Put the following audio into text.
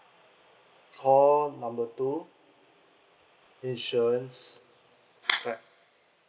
call number two insurances clap